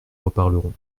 reparlerons